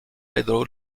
pedro